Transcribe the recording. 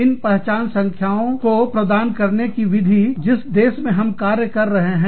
इन पहचान संख्याओं प्रदान करने की विधि जिस देश में हम कार्य कर रहे हैं